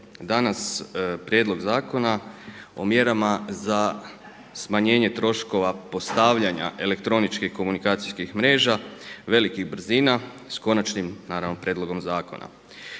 Konačni prijedlog Zakona o mjerama za smanjenje troškova postavljanja elektroničkih komunikacijskih mreža velikih brzina. Molim glasujmo. Glasovanje